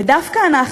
ודווקא אנחנו,